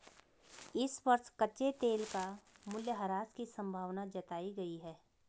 इस वर्ष कच्चे तेल का मूल्यह्रास की संभावना जताई गयी है